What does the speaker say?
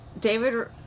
David